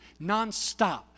nonstop